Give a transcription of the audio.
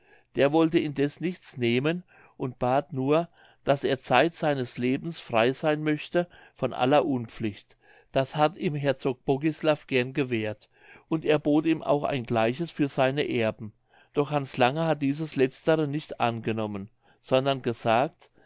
der wollte indeß nichts nehmen und bat nur daß er zeit seines lebens frei sein möchte von aller unpflicht das hat ihm herzog bogislav gern gewährt und er bot ihm auch ein gleiches an für seine erben doch hans lange hat dieses letztere nicht angenommen sondern gesagt